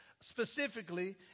specifically